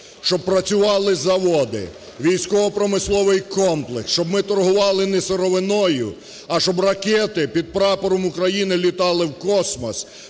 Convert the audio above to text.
щоб працювали заводи, військово-промисловий комплекс, щоб ми торгували не сировиною, а щоб ракети під прапором України літали в космос,